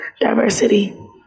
diversity